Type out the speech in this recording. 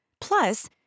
Plus